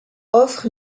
offre